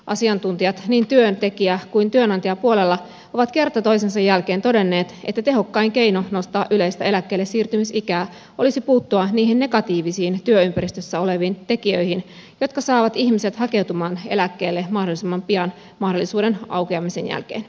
asiantuntijat niin työntekijä kuin työnantajapuolella ovat kerta toisensa jälkeen todenneet että tehokkain keino nostaa yleistä eläkkeellesiirtymisikää olisi puuttua niihin negatiivisiin työympäristössä oleviin tekijöihin jotka saavat ihmiset hakeutumaan eläkkeelle mahdollisimman pian mahdollisuuden aukeamisen jälkeen